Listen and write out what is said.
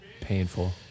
Painful